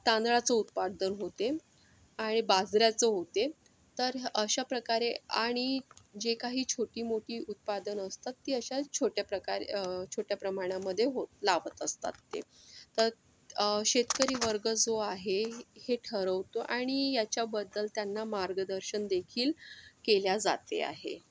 तांदळाचं उत्पादन होते आणि बाजऱ्याचं होते तर अशा प्रकारे आणि जे काही छोटी मोठी उत्पादनं असतात ती अशाच छोट्या प्रकारे छोट्या प्रमाणामध्ये हो लावत असतात ते शेतकरी वर्ग जो आहे हे ठरवतो आणि याच्याबद्दल त्यांना मार्गदर्शन देखील केले जाते आहे